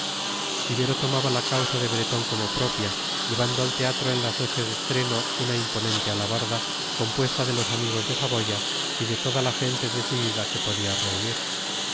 ibero tomaba la causa de bretón como propia llevando al teatro en las noches de estreno una imponente alabarda compuesta de los amigos de saboya y de toda la gente decidida que podía reunir